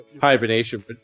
hibernation